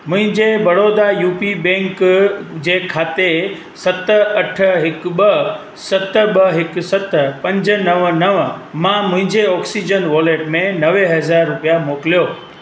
मुंहिंजे Baroda U P bank जे खाते सत अठ हिकु ॿ सत ॿ हिकु सत पंज नव नव मां मुंहिंजे ऑक्सीजन वॉलेट में नवे हज़ार रुपिया मोकिलियो